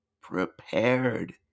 prepared